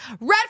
red